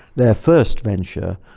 their first venture,